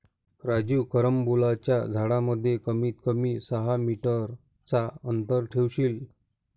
राजू कारंबोलाच्या झाडांमध्ये कमीत कमी सहा मीटर चा अंतर ठेवशील